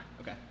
Okay